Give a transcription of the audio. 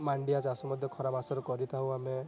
ମାଣ୍ଡିଆ ଚାଷ ମଧ୍ୟ ଖରା ମାସରେ କରିଥାଉ ଆମେ